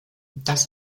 das